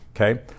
Okay